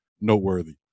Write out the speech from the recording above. noteworthy